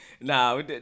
Nah